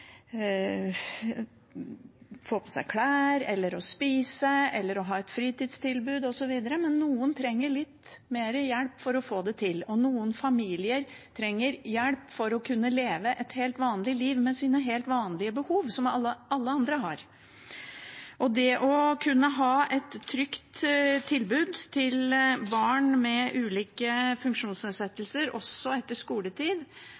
ha et fritidstilbud osv. Men noen trenger litt mer hjelp for å få det til, og noen familier trenger hjelp for å kunne leve et helt vanlig liv med sine helt vanlige behov som alle andre har. Det å kunne ha et trygt tilbud til barn med ulike funksjonsnedsettelser også etter skoletid